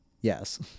Yes